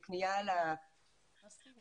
שהמשמעות של פנייה